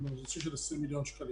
200 מיליון שקל